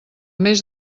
més